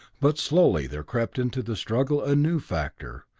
but slowly there crept into the struggle a new factor,